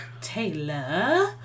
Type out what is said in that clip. Taylor